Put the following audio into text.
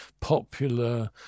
popular